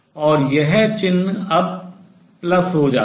और यह चिन्ह अब प्लस धनात्मक हो जाता है